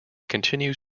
continues